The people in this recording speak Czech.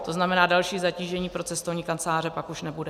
To znamená, další zatížení pro cestovní kanceláře pak už nebude.